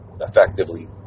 effectively